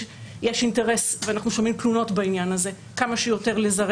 יש אינטרס ואנחנו שומעים תלונות בעניין הזה לזרז